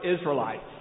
Israelites